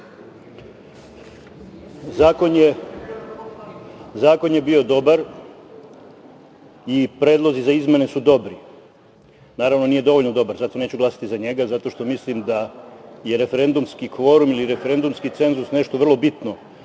je bio dobar i predlozi za izmene su dobri. Naravno, nije dovoljno dobar, zato neću glasati za njega, zato što mislim da je referendumski kvorum ili referendumski cenzus nešto vrlo bitno